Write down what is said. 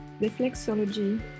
reflexology